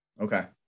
Okay